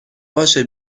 باشه